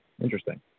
Interesting